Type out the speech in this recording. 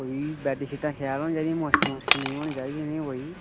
कोई बैड शीटां शैल होनी चाह्दियां मोश्क माशक नि होनी चाहिदी कोई